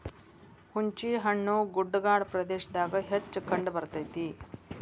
ಹುಂಚಿಹಣ್ಣು ಗುಡ್ಡಗಾಡ ಪ್ರದೇಶದಾಗ ಹೆಚ್ಚ ಕಂಡಬರ್ತೈತಿ